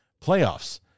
playoffs